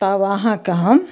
तब अहाँके हम